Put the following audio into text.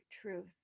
truth